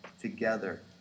together